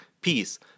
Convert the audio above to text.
peace